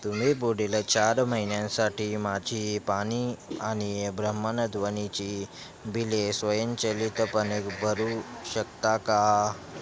तुम्ही पुढील चार महिन्यांसाठी माझी पाणी आणि भ्रमणध्वनीची बिले स्वयंचलितपणे भरू शकता का